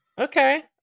Okay